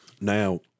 Now